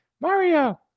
Mario